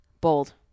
bold